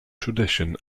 tradition